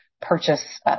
purchase